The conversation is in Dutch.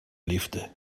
liefde